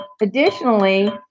Additionally